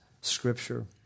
scripture